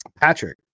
Patrick